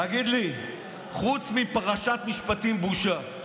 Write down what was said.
תגיד לי, חוץ מ"פרשת משפטים, בושה",